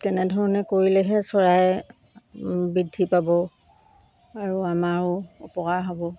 তেনেধৰণে কৰিলেহে চৰাই বৃদ্ধি পাব আৰু আমাৰো উপকাৰ হ'ব